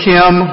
Kim